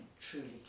truly